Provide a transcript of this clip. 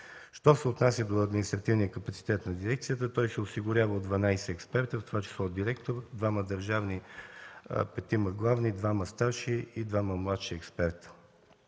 Що се отнася до административния капацитет на дирекцията, той се осигурява от 12 експерти, в това число директор, двама държавни, петима главни, двама старши и двама младши експерти.